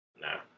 No